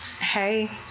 Hey